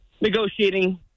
negotiating